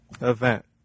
event